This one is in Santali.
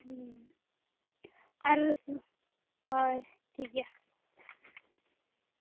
ᱦᱩᱸ ᱟᱨ ᱦᱳᱭ ᱴᱷᱤᱠᱜᱮᱭᱟ